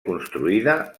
construïda